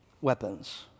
weapons